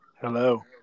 Hello